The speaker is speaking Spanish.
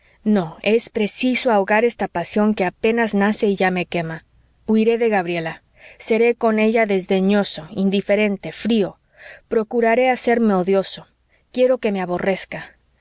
no me dije no es preciso ahogar esta pasión que apenas nace y ya me quema huiré de gabriela seré con ella desdeñoso indiferente frío procuraré hacerme odioso quiero que me aborrezca